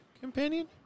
companion